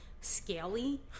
scaly